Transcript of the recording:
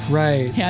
right